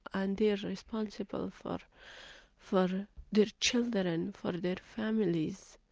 and they're responsible for for their children, for their families.